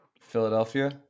Philadelphia